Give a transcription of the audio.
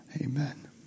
Amen